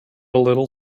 little